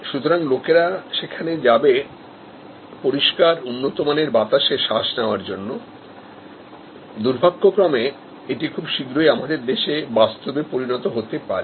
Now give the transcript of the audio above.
সুতরাং লোকেরা সেখানে যাবে পরিষ্কার উন্নতমানের বাতাসে শ্বাস নেওয়ার জন্য দুর্ভাগ্যক্রমে এটি খুব শীঘ্রই আমাদের দেশে বাস্তবে পরিণত হতে পারে